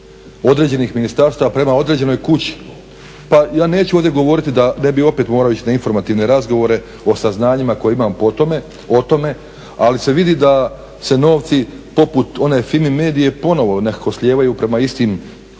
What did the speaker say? određenih ministarstava prema određenoj kući. Pa ja neću ovdje govoriti da ne bih opet morao ići na informativne razgovore o saznanjima koje imam po tome, o tome ali se vidi da se novci poput one Fimi Medie ponovo nekako slijevaju prema istim,